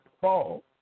fall